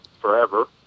forever